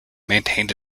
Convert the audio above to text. maintained